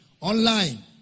online